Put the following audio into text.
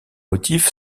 motif